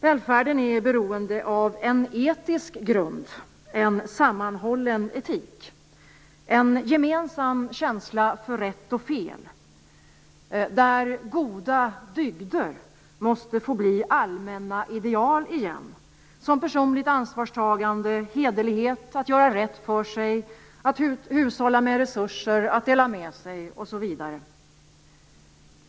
Välfärden är beroende av en etisk grund - en sammanhållen etik och en gemensam känsla för rätt och fel, där goda dygder som personligt ansvarstagande, hederlighet, att göra rätt för sig, att hushålla med resurser, att dela med sig osv. måste få bli allmänna ideal igen.